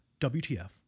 WTF